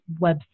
website